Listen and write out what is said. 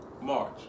march